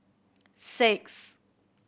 six